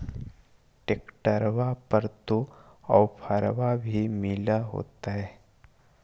ट्रैक्टरबा पर तो ओफ्फरबा भी मिल होतै?